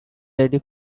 ready